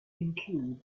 include